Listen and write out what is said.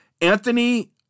Anthony